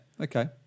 Okay